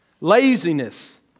Laziness